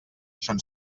són